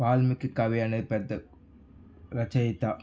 వాల్మీకి కవి అనే పెద్ద రచయిత